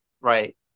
right